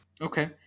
Okay